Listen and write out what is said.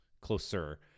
closer